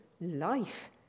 life